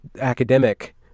academic